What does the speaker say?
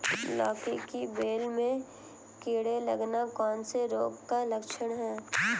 लौकी की बेल में कीड़े लगना कौन से रोग के लक्षण हैं?